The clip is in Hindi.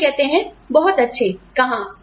और वे कहते हैं बहुत अच्छे कहाँ